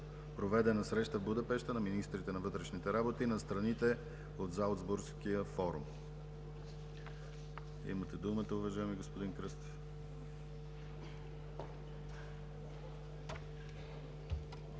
проведена среща в Будапеща на министрите на вътрешните работи на страните от Залцбургския форум. Имате думата, уважаеми господин Кръстев.